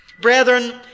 Brethren